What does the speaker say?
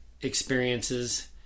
experiences